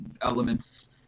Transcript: elements